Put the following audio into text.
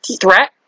threat